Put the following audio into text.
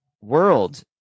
world